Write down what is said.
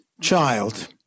child